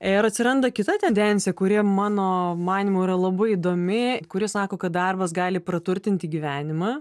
ir atsiranda kita tendencija kuri mano manymu yra labai įdomi kuri sako kad darbas gali praturtinti gyvenimą